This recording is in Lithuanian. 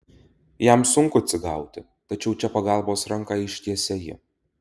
jam sunku atsigauti tačiau čia pagalbos ranką ištiesia ji